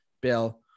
Bill